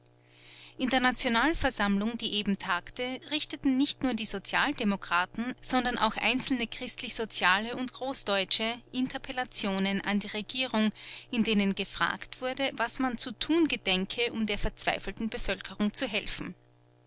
in der nationalversammlung die eben tagte richteten nicht nur die sozialdemokraten sondern auch einzelne christlichsoziale und großdeutsche interpellationen an die regierung in denen gefragt wurde was man zu tun gedenke um der verzweifelten bevölkerung zu helfen